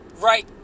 right